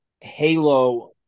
Halo